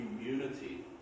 community